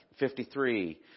53